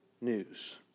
news